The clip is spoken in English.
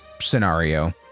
scenario